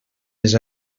les